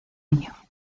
año